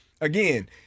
Again